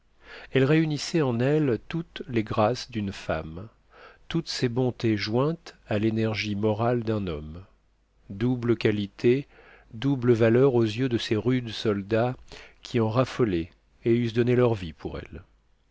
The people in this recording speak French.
elle réunissait en elle toutes les grâces d'une femme toutes ses bontés jointes à l'énergie morale d'un homme double qualité double valeur aux yeux de ces rudes soldats qui en raffolaient et eussent donné leur vie pour elle